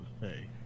hey